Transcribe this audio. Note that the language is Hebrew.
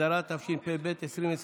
התשפ"א 2021,